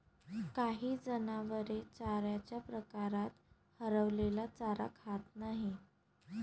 काही जनावरे चाऱ्याच्या प्रकारात हरवलेला चारा खात नाहीत